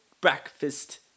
breakfast